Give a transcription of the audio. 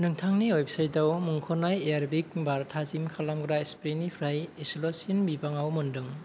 नोंथांनि वेबसाइटआव मुंख'नाय एयारबिक बार थाजिम खालामग्रा स्प्रेनिफ्राय इसेल'सिन बिबाङाव मोनदों